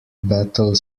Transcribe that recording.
battle